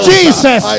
Jesus